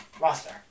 roster